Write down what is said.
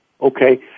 Okay